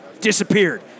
disappeared